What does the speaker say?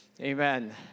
Amen